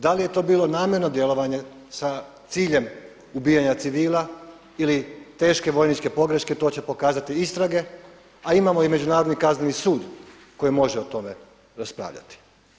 Da li je to bilo namjerno djelovanje sa ciljem ubijanja civila ili teške vojničke pogreške to će pokazati istrage, a imamo i Međunarodni kazneni sud koji može o tome raspravljati.